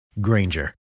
Granger